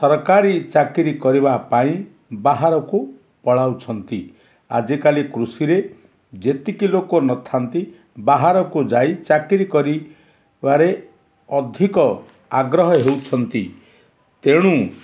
ସରକାରୀ ଚାକିରୀ କରିବା ପାଇଁ ବାହାରକୁ ପଳାଉଛନ୍ତି ଆଜିକାଲି କୃଷିରେ ଯେତିକି ଲୋକ ନଥାନ୍ତି ବାହାରକୁ ଯାଇ ଚାକିରୀ କରିବାରେ ଅଧିକ ଆଗ୍ରହ ହେଉଛନ୍ତି ତେଣୁ